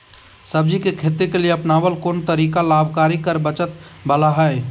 सब्जी के खेती के लिए अपनाबल कोन तरीका लाभकारी कर बचत बाला है?